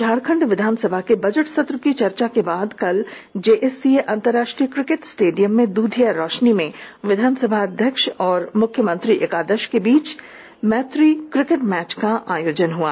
झारखंड विधानसभा के बजट सत्र की चर्चा के बाद कल जेएससीए अंतरराष्ट्रीय क्रिकेट स्टेडियम में दूधिया रोशनी में विधानसभाध्यक्ष और मुख्यमंत्री एकादश के बीच मैच मैत्री क्रिकेट मैच का आयोजन हुआ